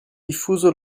diffuso